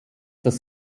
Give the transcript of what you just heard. das